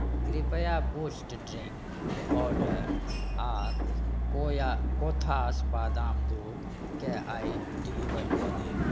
कृपया Boost drink powder आओर कोथास बादाम दूधकेँ आइ डिलिवर कऽ देब